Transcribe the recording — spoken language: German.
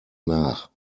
nach